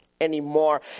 anymore